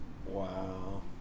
Wow